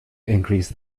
increase